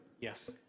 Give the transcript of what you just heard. Yes